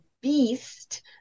beast